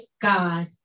God